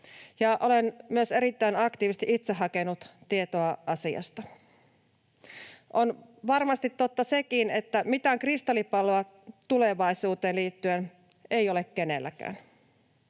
olen myös erittäin aktiivisesti itse hakenut tietoa asiasta. On varmasti totta sekin, että mitään kristallipalloa tulevaisuuteen liittyen ei ole kenelläkään.